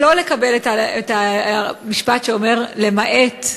לא לקבל את המשפט שאומר "למעט,